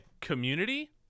Community